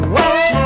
Watch